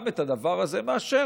גם את הדבר הזה מאשר,